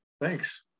thanks